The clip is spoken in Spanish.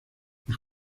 los